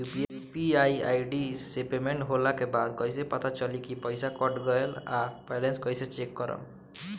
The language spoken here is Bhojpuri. यू.पी.आई आई.डी से पेमेंट होला के बाद कइसे पता चली की पईसा कट गएल आ बैलेंस कइसे चेक करम?